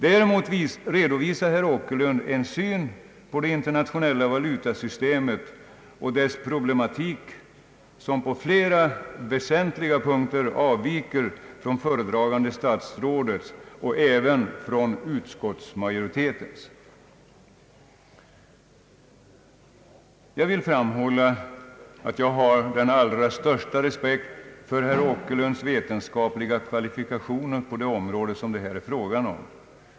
Däremot redovisar herr Åkerlund en syn på det internationella valutasystemet och dess problematik som på flera väsentliga punkter avviker från föredragande statsrådets och även från utskottsmajoritetens. Jag vill framhålla att jag har den allra största respekt för herr Åkerlunds vetenskapliga kvalifikationer på det område som det här är fråga om.